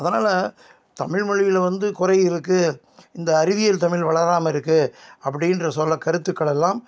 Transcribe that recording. அதனால் தமிழ் மொழியில் வந்து குறை இருக்குது இந்த அறிவியல் தமிழ் வளராமலிருக்கு அப்படின்ற சில கருத்துக்களெல்லாம்